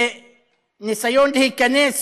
בניסיון להיכנס